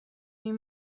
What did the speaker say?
you